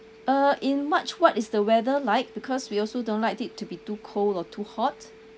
uh in march what is the weather like because we also don't like it to be too cold or too hot